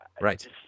Right